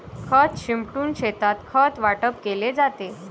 खत शिंपडून शेतात खत वाटप केले जाते